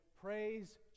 praise